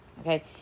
okay